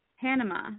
Panama